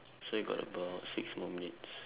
so we got about six more minutes